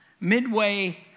midway